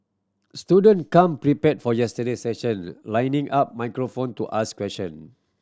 student come prepared for yesterday session lining up microphone to ask question